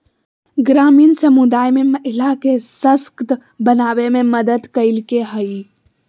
ग्रामीण समुदाय में महिला के सशक्त बनावे में मदद कइलके हइ